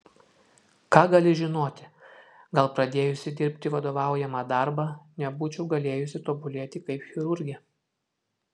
ką gali žinoti gal pradėjusi dirbti vadovaujamą darbą nebūčiau galėjusi tobulėti kaip chirurgė